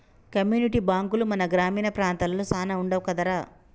community బాంకులు మన గ్రామీణ ప్రాంతాలలో సాన వుండవు కదరా